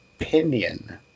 Opinion